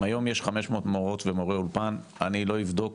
אם היום יש 500 מורות ומורי אולפן, אני לא אבדוק